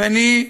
ואני,